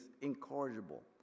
incorrigible